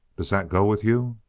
does that go with you?